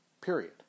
period